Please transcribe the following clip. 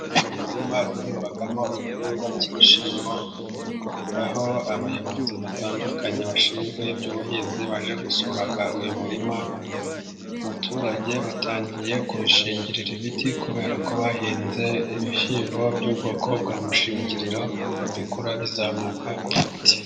Umurima uhingwamo igihingwa cy'ibishyimbo, aho abayobozi batandukanye bashinzwe iby'ubuhinzi baje gusura uyu murima. Abaturage batangiye kubishingirira ibiti, kubera ko bahinze ibishyimbo by'ubwoko bwa mushingiriro bikura bizamuka ku giti.